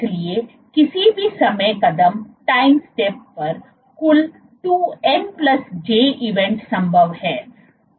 इसलिए किसी भी समय कदम पर कुल 2n j इवेंट संभव हैं